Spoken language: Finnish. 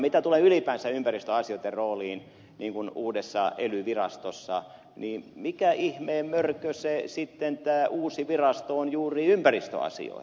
mitä tulee ylipäänsä ympäristöasioitten rooliin uudessa ely virastossa niin mikä ihmeen mörkö sitten tämä uusi virasto on juuri ympäristöasioille